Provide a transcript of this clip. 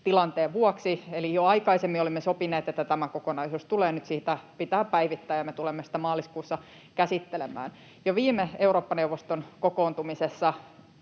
tilanteen vuoksi. Eli jo aikaisemmin olimme sopineet, että tämä kokonaisuus tulee, ja nyt sitä pitää päivittää, ja me tulemme sitä maaliskuussa käsittelemään. Jo viime Eurooppa-neuvoston kokoontumisessa